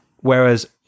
whereas